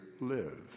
live